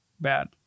bad